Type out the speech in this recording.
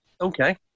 okay